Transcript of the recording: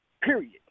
period